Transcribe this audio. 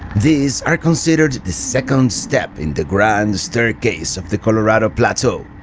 these are considered the second step in the grand staircase of the colorado plateau.